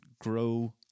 grow